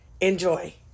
Enjoy